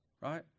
right